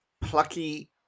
Plucky